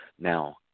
Now